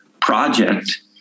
project